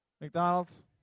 McDonald's